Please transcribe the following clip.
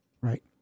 right